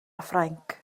ffrainc